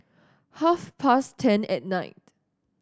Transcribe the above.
half past ten at night